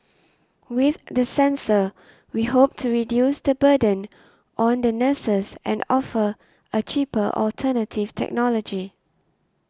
with the sensor we hope to reduce the burden on the nurses and offer a cheaper alternative technology